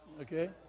Okay